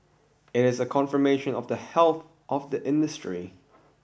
it is a confirmation of the health of the industry